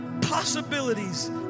possibilities